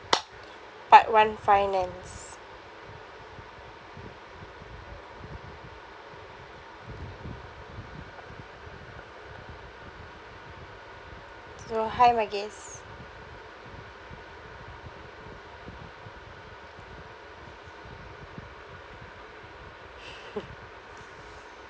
part one finance so hi mages